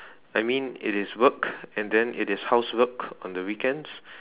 I mean it is work and then it is housework on the weekends